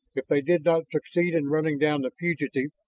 if they did not succeed in running down the fugitive,